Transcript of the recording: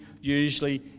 usually